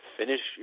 finish